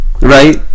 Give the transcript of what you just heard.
right